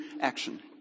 action